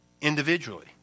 individually